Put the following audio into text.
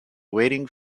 waiting